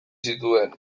zituen